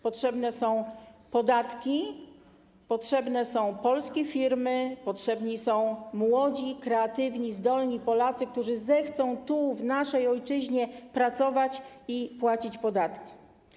Potrzebne są podatki, potrzebne są polskie firmy, potrzebni są młodzi, kreatywni, zdolni Polacy, którzy zechcą tu, w naszej ojczyźnie, pracować i płacić podatki.